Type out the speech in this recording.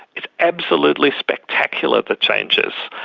it's absolutely spectacular the changes,